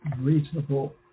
reasonable